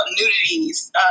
nudities